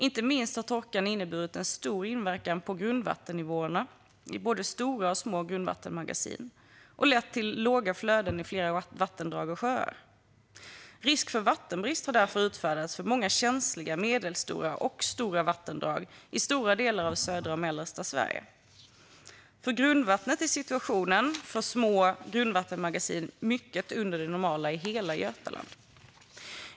Inte minst har torkan haft stor inverkan på grundvattennivåerna i både stora och små grundvattenmagasin och lett till låga flöden i flera vattendrag och sjöar. Risk för vattenbrist har därför utfärdats för många känsliga medelstora och stora vattendrag i stora delar av södra och mellersta Sverige. För grundvattnet är situationen i små grundvattenmagasin mycket under det normala i hela Götaland.